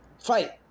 fight